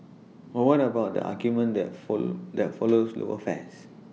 but one of own the argument that for that follows lower fares